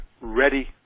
ready